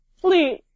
please